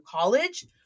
college